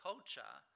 culture